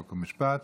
חוק ומשפט.